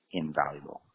invaluable